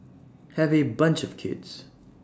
have A bunch of kids